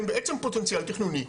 הם בעצם פוטנציאל תכנוני,